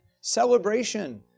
Celebration